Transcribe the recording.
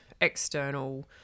external